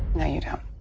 no you don't.